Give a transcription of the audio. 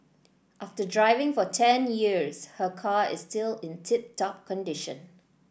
after driving for ten years her car is still in tip top condition